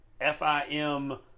FIM